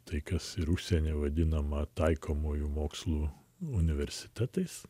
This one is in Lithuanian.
tai kas ir užsienyje vadinama taikomųjų mokslų universitetais